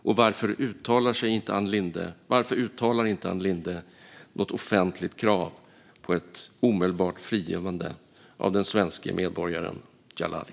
Och varför uttalar inte Ann Linde något offentligt krav på ett omedelbart frigivande av den svenske medborgaren Djalali?